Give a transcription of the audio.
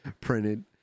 printed